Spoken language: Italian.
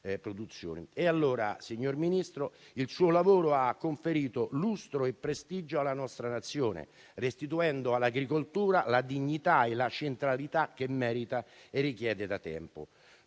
produzioni. Signor Ministro, il suo lavoro ha conferito lustro e prestigio alla nostra Nazione, restituendo all'agricoltura la dignità e la centralità che merita e richiede da tempo.